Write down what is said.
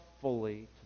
fully